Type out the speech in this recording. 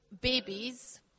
babies